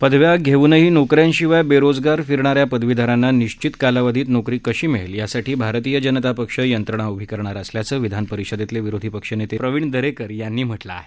पदव्या घेऊनही नोकऱ्यांशिवाय बेरोजगार फिरणाऱ्या पदवीधरांना निश्वित कालावधीत नोकरी कशी मिळेल यासाठी भारतीय जनता पक्ष यंत्रणा उभी करणार असल्याचं विधानपरीषदेतले विरोधी पक्षनेते प्रवीण दरेकर यांनी म्हटलं आहे